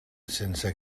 sense